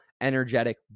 energetic